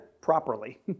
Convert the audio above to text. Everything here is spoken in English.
properly